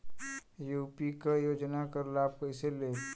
UP क योजना क लाभ कइसे लेब?